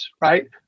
right